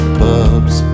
pubs